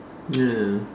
ya